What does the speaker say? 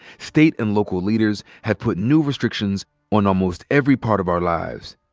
state and local leaders have put new restrictions on almost every part of our lives,